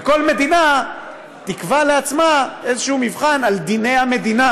וכל מדינה תקבע לעצמה איזשהו מבחן על דיני המדינה.